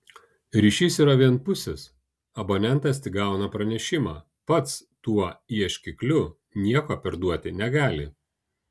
ryšys yra vienpusis abonentas tik gauna pranešimą pats tuo ieškikliu nieko perduoti negali